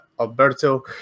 Alberto